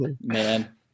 Man